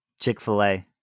Chick-fil-A